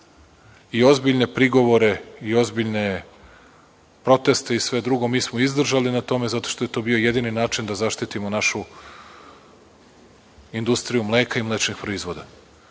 i ozbiljne prigovore i ozbiljne proteste i sve drugo. Mi smo izdržali na tome zato što je to bio jedini način da zaštitimo našu industriju mleka i mlečnih proizvoda.